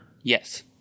Yes